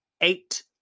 eight